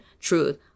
truth